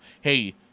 hey